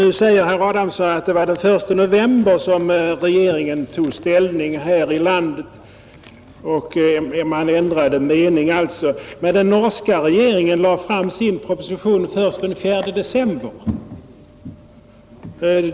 Herr Adamsson sade att det var den 1 november som regeringen här i landet tog ställning, alltså ändrade mening. Men den norska regeringen lade fram sin proposition först den 4 december.